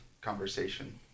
conversation